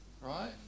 right